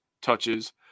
touches